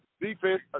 defense